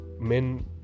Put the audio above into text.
men